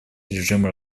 режима